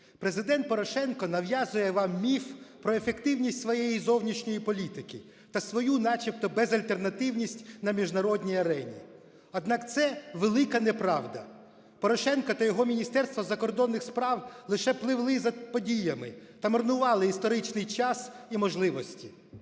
Президент Порошенко нав'язує вам міф про ефективність своєї зовнішньої політики та свою начебто безальтернативність на міжнародній арені. Однак це – велика неправда. Порошенко та його Міністерство закордонних справ лише пливли за подіями та марнували історичний час і можливості.